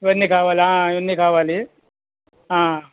ఇవన్నీ కావాలి ఇవన్నీ కావాలి